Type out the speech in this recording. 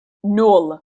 nul